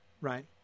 Right